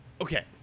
Okay